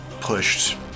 pushed